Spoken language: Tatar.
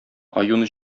аюны